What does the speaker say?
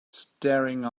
staring